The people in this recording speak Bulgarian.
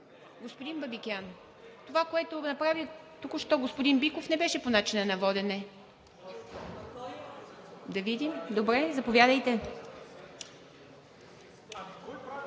Господин Бабикян, това, което направи току-що господин Биков, не беше по начина на водене. (Шум и реплики от